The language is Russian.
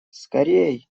скорей